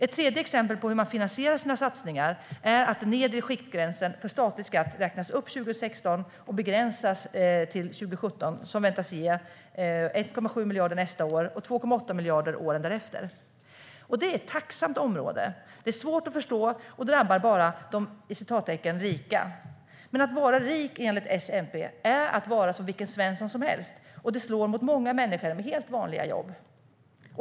Ett tredje exempel på hur S-MP-regeringen finansierar sina satsningar är att den nedre skiktgränsen för statlig skatt räknas upp 2016 och begränsas till 2017, vilket väntas ge 1,7 miljarder nästa år och 2,8 miljarder åren därefter. Det är ett tacksamt område. Det är svårt att förstå och drabbar bara de "rika". Men att vara rik enligt S-MP är att vara som vilken Svensson som helst, och det slår mot många människor med helt vanliga jobb.